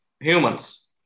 humans